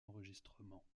enregistrements